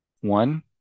One